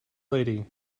lady